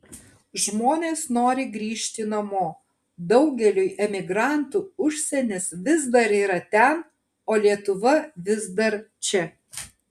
žmonės nori grįžti namo daugeliui emigrantų užsienis vis dar yra ten o lietuva vis dar čia